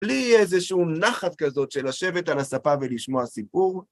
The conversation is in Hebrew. בלי איזשהו נחת כזאת של לשבת על הספה ולשמוע סיפור.